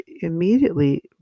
immediately